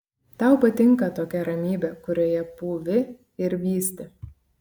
tau patinka tokia ramybė kurioje pūvi ir vysti